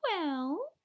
well